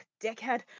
dickhead